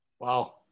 Wow